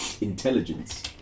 Intelligence